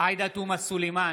עאידה תומא סלימאן,